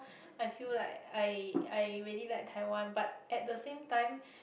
I feel like I I really like Taiwan but at the same time